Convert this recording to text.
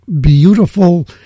beautiful